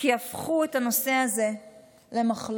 כי הפכו את הנושא הזה למחלוקת,